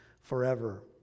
forever